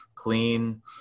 clean